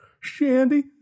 Shandy